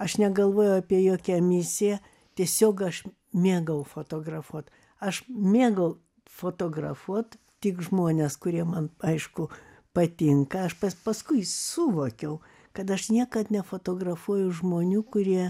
aš negalvojau apie jokią misiją tiesiog aš mėgau fotografuot aš mėgau fotografuot tik žmones kurie man aišku patinka aš pas paskui suvokiau kad aš niekad nefotografuoju žmonių kurie